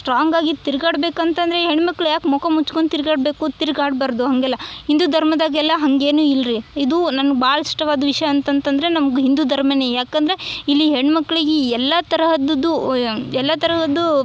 ಸ್ಟ್ರಾಂಗಾಗಿ ತಿರ್ಗಾಡ ಬೇಕಂತಂದರೆ ಈ ಹೆಣ್ಣು ಮಕ್ಕಳು ಯಾಕೆ ಮುಖ ಮುಚ್ಕೊಂಡ್ ತಿರ್ಗಾಡಬೇಕು ತಿರ್ಗಾಡಬಾರದು ಹಾಗೆಲ್ಲ ಹಿಂದೂ ಧರ್ಮದಾಗೆಲ್ಲ ಹಾಗೇನು ಇಲ್ರೀ ಇದು ನನ್ಗೆ ಭಾಳ ಇಷ್ಟವಾದ ವಿಷಯ ಅಂತಂತಂದರೆ ನಮ್ಗೆ ಹಿಂದೂ ಧರ್ಮನೆ ಯಾಕಂದರೆ ಇಲ್ಲಿ ಹೆಣ್ಣು ಮಕ್ಳಿಗೆ ಈ ಎಲ್ಲಾ ತರಹದುದ್ದು ಎಲ್ಲ ತರಹದ್ದು